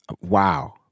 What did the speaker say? Wow